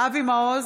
אבי מעוז,